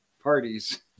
parties